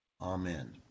Amen